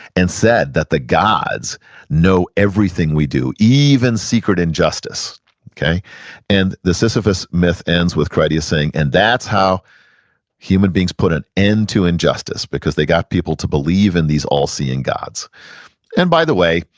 and said that the gods know everything we do, even secret injustice and the sisyphus myth ends with critias saying and that's how human beings put an end to injustice, because they got people to believe in these all-seeing gods and by the way,